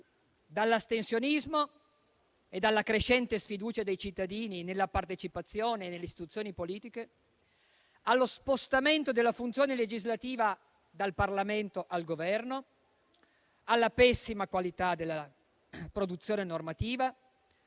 dall'astensionismo alla crescente sfiducia dei cittadini nella partecipazione nelle istituzioni politiche; dallo spostamento della funzione legislativa dal Parlamento al Governo alla pessima qualità della produzione normativa;